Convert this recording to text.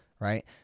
Right